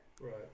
Right